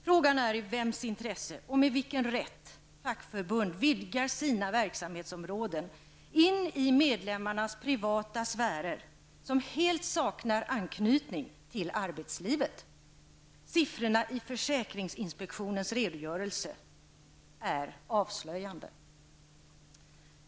Frågan är i vems intresse och med vilken rätt fackförbund vidgar sina verksamhetsområden, som helt saknar anknytning till arbetslivet, in i medlemmarnas privata sfärer. Siffrorna i försäkringsinspektionens redogörelse är avslöjande.